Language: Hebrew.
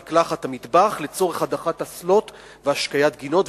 המקלחת והמטבח לצורך הדחת אסלות והשקיית גינות,